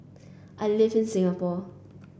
I live in Singapore